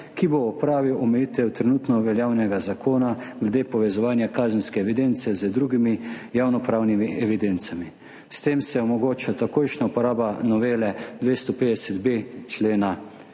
ki bo odpravil omejitev trenutno veljavnega zakona glede povezovanja kazenske evidence z drugimi javnopravnimi evidencami. S tem se omogoča takojšnja uporaba novele 250.b člena